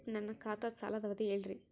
ನನ್ನ ಖಾತಾದ್ದ ಸಾಲದ್ ಅವಧಿ ಹೇಳ್ರಿ